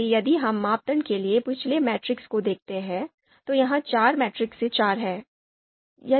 इसलिए यदि हम मापदंड के लिए पिछले मैट्रिक्स को देखते हैं तो यह चार मैट्रिक्स से चार है